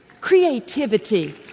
creativity